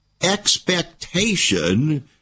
expectation